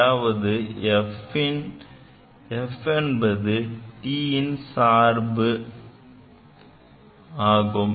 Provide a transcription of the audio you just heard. மேலும் f என்பது t ன் சார்பு ஆகும்